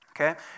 Okay